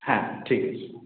হ্যাঁ ঠিক আছে